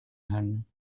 kann